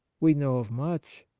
we know of much,